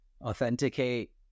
authenticate